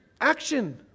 action